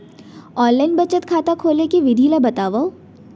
Online बचत खाता खोले के विधि ला बतावव?